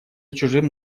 чужим